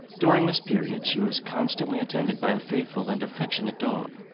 during this period she was constantly attended by a faithful and affectionate dog,